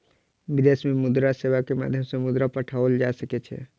विदेश में मुद्रा सेवा के माध्यम सॅ मुद्रा पठाओल जा सकै छै